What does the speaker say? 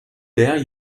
dare